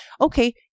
okay